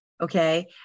Okay